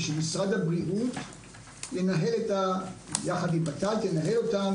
ושמשרד הבריאות ינהל אותם,